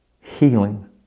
healing